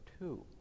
two